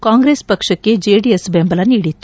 ಕಾಂಗ್ರೆಸ್ ಪಕ್ಷಕ್ಕೆ ಜೆಡಿಎಸ್ ಬೆಂಬಲ ನೀಡಿತ್ತು